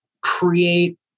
create